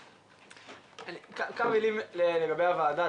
כמה מילים לגבי הוועדה.